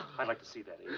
i'd like to see that,